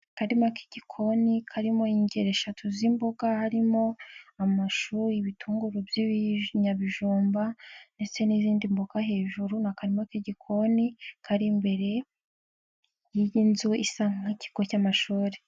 Akarima k'igikoni karimo ingeri eshatu z'imboga harimo amashu, ibitunguru by'ibinyabijumba ndetse n'izindi mboga hejuru n'akarima k'igikoni kari imbere y'inzu isa nk'ikigo cy'amashuri.